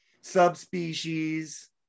subspecies